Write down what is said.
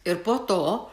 ir po to